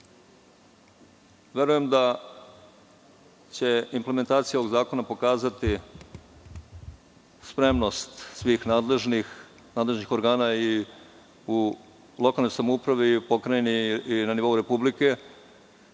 da će implementacija ovog zakona pokazati spremnost svih nadležnih organa u lokalnoj samoupravi, pokrajini i na nivou Republike